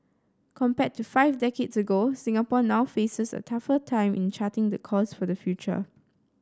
compared to five decades ago Singapore now faces a tougher time in charting the course for the future